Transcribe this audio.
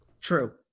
True